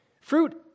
Fruit